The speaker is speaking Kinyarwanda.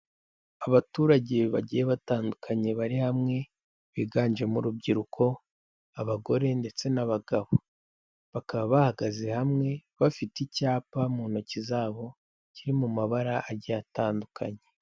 Abaturage bagiye batandukanye bari hamwe biganjemo urubyiruko, abagore ndetse n'abagabo, bakaba bahagaze hamwe bafite icyapa mu ntoki zabo kiri mu mabara agiye atandukanye.